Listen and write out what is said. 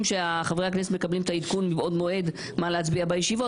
שחברי הכנסת מקבלים את העדכון מבעוד מועד מה להצביע בישיבות